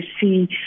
see